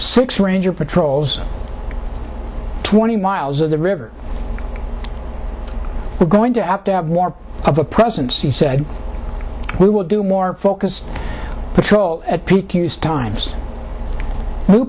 six ranger patrols twenty miles of the river we're going to have to have more of a presence he said we will do more focused patrol at peak times